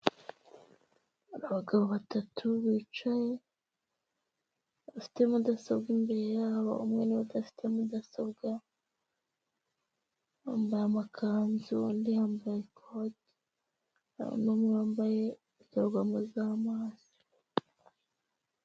Abagabo 3 bicaye bafite mudasobwa imbere yabo 1 ni we udafite inyuma ye mudasobwa bambaye amakanzu undi yambaye ikoti n'umwe niwe wambaye indorerwamo z'amaso.